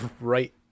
right